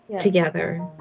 Together